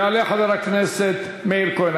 יעלה חבר הכנסת מאיר כהן.